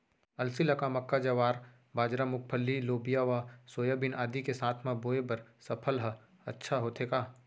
अलसी ल का मक्का, ज्वार, बाजरा, मूंगफली, लोबिया व सोयाबीन आदि के साथ म बोये बर सफल ह अच्छा होथे का?